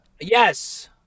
Yes